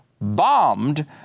bombed